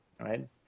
right